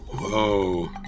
Whoa